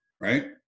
right